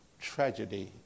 tragedy